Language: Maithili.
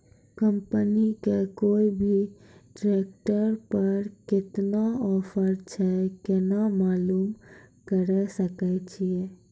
कंपनी के कोय भी ट्रेक्टर पर केतना ऑफर छै केना मालूम करऽ सके छियै?